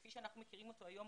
כפי שאנחנו מכירים אותו היום,